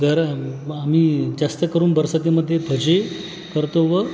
गरम आम्ही जास्त करून बरसातीमध्ये भजी करतो व